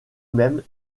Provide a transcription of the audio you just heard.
même